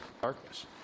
darkness